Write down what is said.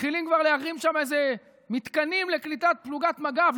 מתחילים כבר להרים שם מתקנים לקליטת פלוגת מג"ב,